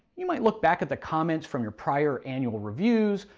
you might look back at the comments from your prior annual reviews.